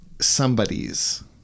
somebody's